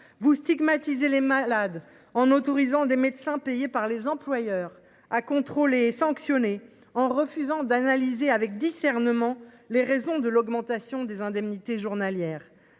Vous stigmatisez les malades : vous autorisez des médecins payés par les employeurs à les contrôler et à les sanctionner, en refusant d’analyser avec discernement les raisons de l’augmentation des indemnités journalières.